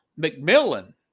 McMillan